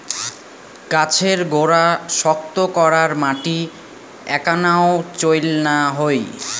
গছের গোড়া শক্ত করার মাটি এ্যাকনাও চইল না হই